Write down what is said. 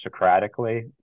Socratically